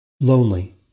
lonely